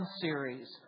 series